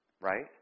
right